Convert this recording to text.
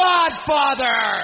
Godfather